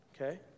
okay